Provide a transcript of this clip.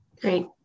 Great